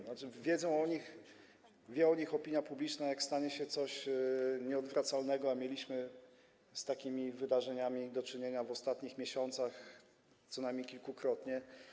To znaczy dowiaduje się o nich opinia publiczna, jak stanie się coś nieodwracalnego, a mieliśmy z takimi wydarzeniami do czynienia w ostatnich miesiącach co najmniej kilkukrotnie.